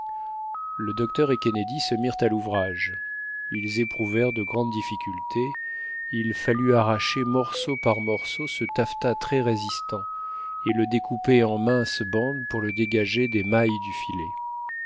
le docteur et kennedy se mirent à louvrage ils éprouvèrent de grandes difficultés il fallut arracher morceau par morceau ce taffetas très résistant et le découper en minces bandes pour le dégager des mailles du filet